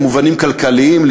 במובנים כלכליים,